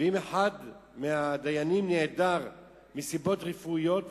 ואם אחד מהדיינים נעדר מסיבות רפואיות,